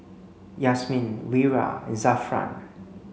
Yasmin Wira and Zafran